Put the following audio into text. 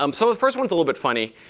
um so the first one is a little bit funny.